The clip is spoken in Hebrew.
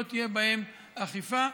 לא תהיה בהם אכיפה.